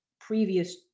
previous